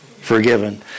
forgiven